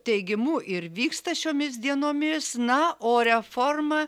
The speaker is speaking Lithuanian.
teigimu ir vyksta šiomis dienomis na o reforma